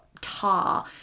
tar